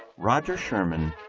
roger sherman,